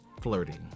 flirting